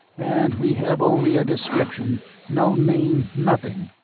and we have only a description no name, nothing!